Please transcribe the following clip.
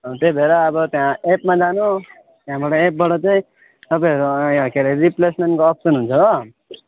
त्यही भएर अब त्यहाँ एपमा जानु त्यहाँबाट एपबाट चाहिँ तपाईँहरू के अरे रिप्लेसमेन्टको अप्सन हुन्छ हो